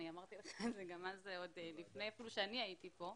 אני אמרתי לך את זה גם אז עוד לפני שאני הייתי פה,